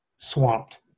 swamped